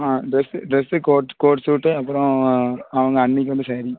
ஆ dress dress coat coat suit அப்பறம் அவங்க அண்ணிக்கு வந்து சேரீ